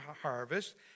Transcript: harvest